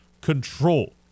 control